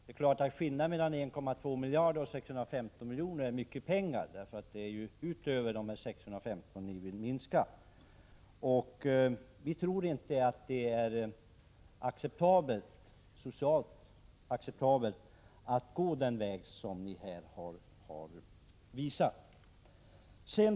Det är klart att skillnaden mellan 1,2 miljarder och 650 miljoner är mycket stor, eftersom det är utöver de 650 miljonerna som ni vill minska. Vi tror inte att det är socialt acceptabelt att gå denna väg.